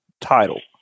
title